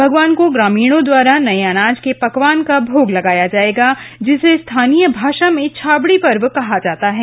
भगवान को ग्रामीणों द्वारा नए अनाज के पकवान का भोग लगाया जाएगा जिसे स्थानीय भाषा में छाबड़ी पर्व कहा जाता है